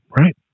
right